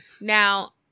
now